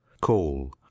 call